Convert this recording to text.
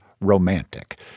romantic